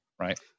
Right